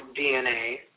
DNA